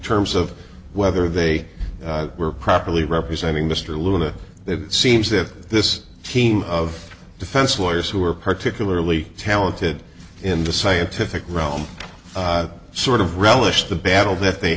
terms of whether they were properly representing mr luna it seems that this team of defense lawyers who are particularly talented in the scientific realm sort of relished the battle that they